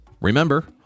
Remember